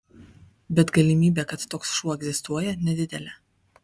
bet galimybė kad toks šuo egzistuoja nedidelė